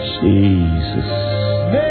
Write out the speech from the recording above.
Jesus